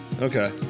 Okay